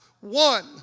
one